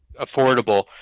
affordable